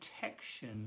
protection